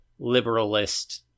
liberalist